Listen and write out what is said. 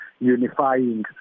unifying